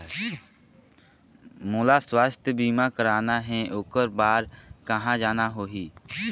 मोला स्वास्थ बीमा कराना हे ओकर बार कहा जाना होही?